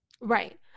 right